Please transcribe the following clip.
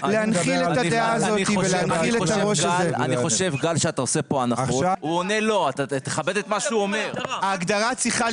שזה לא יהיה מוגדר יותר